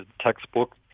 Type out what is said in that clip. textbook